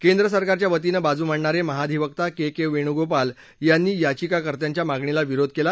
केंद्र सरकारच्या वतीनं बाजू मांडणारे महाधिवक्ता के के वेणूगोपाल यांनी याचिकाकर्त्यांच्या मागणीला विरोध केला